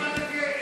אני לימדתי,